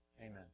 Amen